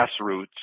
grassroots